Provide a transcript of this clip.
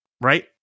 right